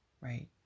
right